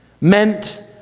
meant